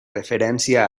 referència